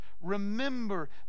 Remember